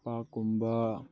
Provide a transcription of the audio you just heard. ꯄꯥꯔꯛꯀꯨꯝꯕ